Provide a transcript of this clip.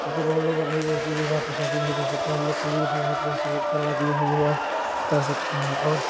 जब वे लोग अपनी विधि विभाग के साथ नहीं कर सकते वे लोग के लिए भी बहुत जैसे करवा दिए है जो अब कर सकते हैं और